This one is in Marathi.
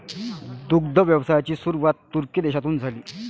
दुग्ध व्यवसायाची सुरुवात तुर्की देशातून झाली